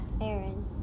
aaron